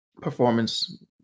performance